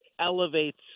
elevates